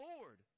Lord